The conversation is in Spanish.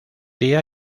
día